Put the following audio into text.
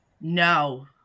No